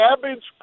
cabbage